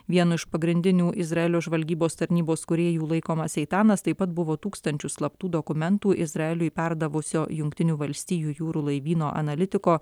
vienu iš pagrindinių izraelio žvalgybos tarnybos kūrėjų laikomas eitanas taip pat buvo tūkstančių slaptų dokumentų izraeliui perdavusio jungtinių valstijų jūrų laivyno analitiko